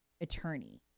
attorney